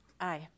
Aye